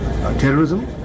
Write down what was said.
terrorism